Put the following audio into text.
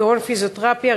כגון פיזיותרפיה,